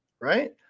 right